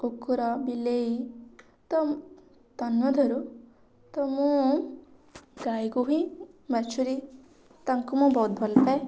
କୁକୁର ବିଲେଇ ତନ୍ମଧ୍ୟରୁ ତ ମୁଁ ଗାଈକୁ ବି ବାଛୁରୀ ତାଙ୍କୁ ମୁଁ ବହୁତ ଭଲପାଏ